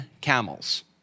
camels